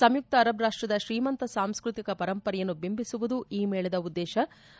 ಸಂಯುಕ್ತ ಅರಬ್ ರಾಷ್ಷದ ಶ್ರೀಮಂತ ಸಾಂಸ್ಕೃತಿಕ ಪರಂಪರೆಯನ್ನು ಬಿಂಬಿಸುವುದು ಈ ಮೇಳದ ಉದ್ದೇಶವಾಗಿದೆ